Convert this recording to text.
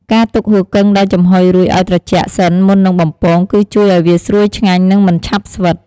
ការទុកហ៊ូគឹងដែលចំហុយរួចឱ្យត្រជាក់សិនមុននឹងបំពង គឺជួយឱ្យវាស្រួយឆ្ងាញ់ និងមិនឆាប់ស្វិត។